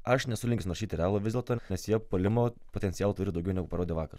aš nesu linkęs nurašyti realo vis dėlto nes jie puolimo potencialą turi daugiau negu parodė vakar